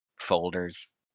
folders